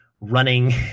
running